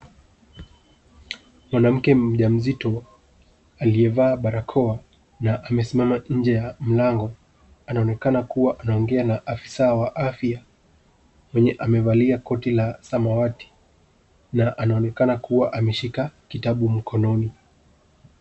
Mwanamke mja mzito aliyevaa barakoa na amesimama nje ya mlango, anaonekana kuwa anaongea na afisaa wa afya, mwenye amevalia koti la samawati, na anaonekana kuwa ameshika kitabu mkononi.